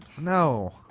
No